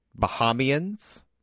Bahamians